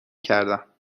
کردم